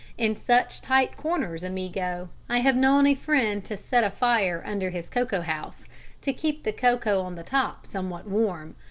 in such tight corners, amigo, i have known a friend to set a fire under his cocoa house to keep the cocoa on the top somewhat warm.